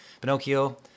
Pinocchio